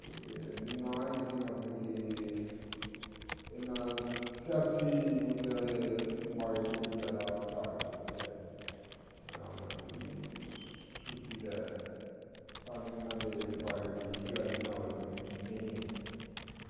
ਅਤੇ ਨਾ ਹੀ ਅਸੀਂ ਮਤਲਬ ਕਿ ਇਹਨਾਂ ਸਿਆਸੀ ਮੁੱਦਿਆਂ ਦੇ ਬਾਰੇ ਕੋਈ ਜ਼ਿਆਦਾ ਵਿਚਾਰ ਕੀਤੀ ਹੈ ਜਾਂ ਮਤਲਬ ਕਿ ਸੋਚੀ ਦਾ ਸਾਨੂੰ ਇਹਨਾਂ ਦੇ ਬਾਰੇ ਕੋਈ ਜ਼ਿਆਦਾ ਨੌਲੇਜ ਨਹੀਂ ਹੈ